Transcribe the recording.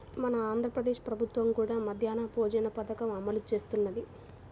మన ఆంధ్ర ప్రదేశ్ ప్రభుత్వం కూడా మధ్యాహ్న భోజన పథకాన్ని అమలు చేస్తున్నది